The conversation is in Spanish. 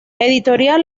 editorial